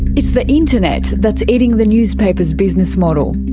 it's the internet that's eating the newspapers' business model.